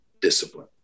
discipline